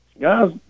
guys